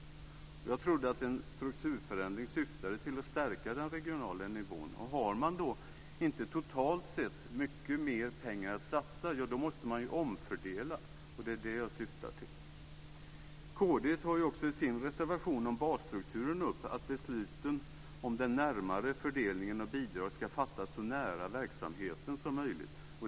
Jag trodde att en strukturförändring syftade till att stärka den regionala nivån, och har man inte totalt sett mycket mer pengar att satsa måste man omfördela, och det som jag sade syftar just till det. Kristdemokraterna tar ju också i sin reservation om basstrukturen upp att besluten om den närmare fördelningen av bidrag ska fattas så nära verksamheten som möjligt.